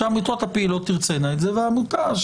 שהעמותות הפעילות תרצינה את זה והעמותה,